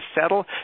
settle